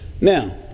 Now